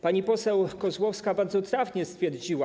Pani poseł Kozłowska bardzo trafnie to stwierdziła.